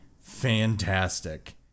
fantastic